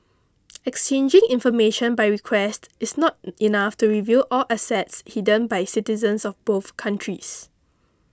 exchanging information by request is not enough to reveal all assets hidden by citizens of both countries